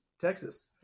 Texas